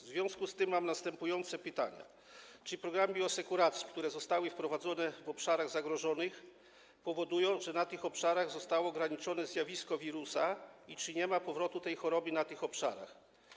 W związku z tym mam następujące pytania: Czy programy bioasekuracji, które zostały wprowadzone na zagrożonych obszarach, powodują, że na tych obszarach zostało ograniczone zjawisko wirusa, i czy nie ma powrotu tej choroby na tych obszarach?